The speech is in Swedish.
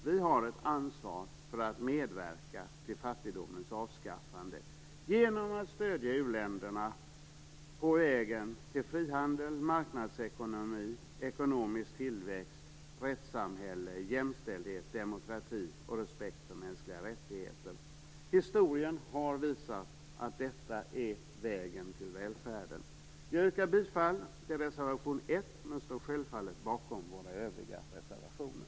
Vi har ett ansvar för att medverka till fattigdomens avskaffande genom att stödja u-länderna på vägen till frihandel, marknadsekonomi, ekonomisk tillväxt, ett rättssamhälle, jämställdhet, demokrati och respekt för mänskliga rättigheter. Historien har visat att detta är vägen till välfärd. Jag yrkar bifall till reservation 1 men står självfallet bakom våra övriga reservationer.